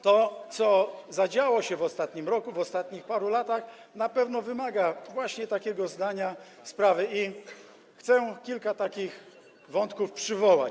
To co zadziało się w ostatnim roku, w ostatnich paru latach, na pewno wymaga właśnie takiego zdania sprawy i chcę kilka takich wątków przywołać.